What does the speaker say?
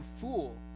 fool